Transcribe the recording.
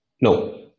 no